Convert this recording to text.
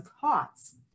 thoughts